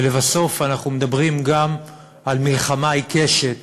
ולבסוף אנחנו מדברים גם על מלחמה עיקשת